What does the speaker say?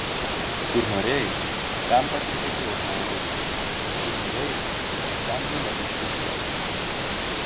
kur norėjai ten pasistatei automobilį kur norėjai ten numetei šiukšlę